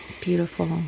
Beautiful